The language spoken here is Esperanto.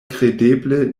kredeble